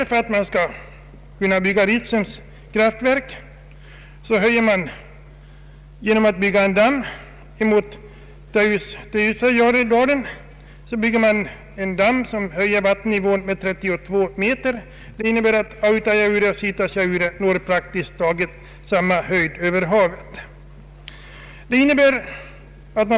För att man skall kunna bygga RBRitsems kraftverk höjer man vattennivån med 32 meter genom att bygga en damm i Teusajauredalen. Det innebär att Autajaureoch Sitasjauresjöarna praktiskt taget kommer på samma höjd över havet.